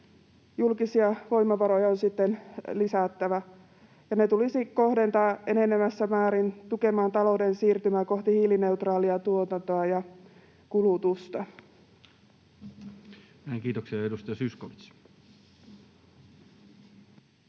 julkisia voimavaroja on sitten lisättävä, ja ne tulisi kohdentaa enenevässä määrin tukemaan talouden siirtymää kohti hiilineutraalia tuotantoa ja kulutusta. [Speech 129] Speaker: